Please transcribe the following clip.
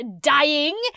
dying